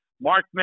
Mark